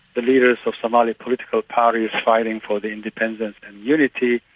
the leaders of somali political parties, fighting for the independence and unity,